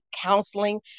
counseling